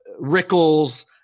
rickles